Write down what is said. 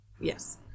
Yes